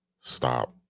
stop